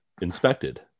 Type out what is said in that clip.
inspected